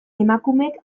emakumek